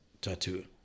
tattoo